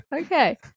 okay